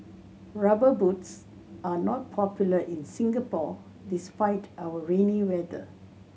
Rubber Boots are not popular in Singapore despite our rainy weather